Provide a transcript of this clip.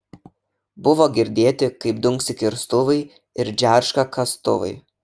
buvo girdėti kaip dunksi kirstuvai ir džerška kastuvai